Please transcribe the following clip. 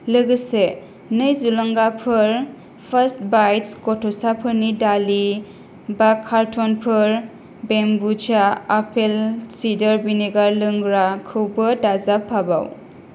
लोगोसे नै जलंगाफोर फार्स्ट बाइटस गथ'साफोरनि दालि बा कार्टुनफोर ब'म्बुचा आपेल साइदार भिनेगार लोंग्राखौबो दाजाब फाबाव